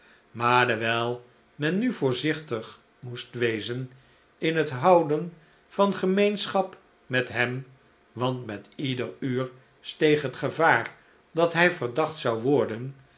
maar dewijl men nu voorzichtig moest wezen in het houden van gemeenschap met hem want met ieder uur steeg hetgevaar dat hij verdacht zou worden